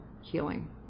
healing